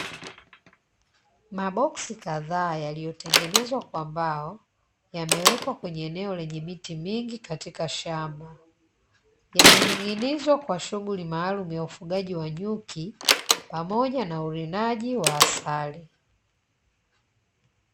Maboksi kadhaa yaliyotengenezwa kwa mbao, yamewekwa kwenye eneo lenye miti mingi katika shamba. Yamening'inizwa kwa shughuli maalumu ya ufugaji wa nyuki pamoja na urinaji wa asali.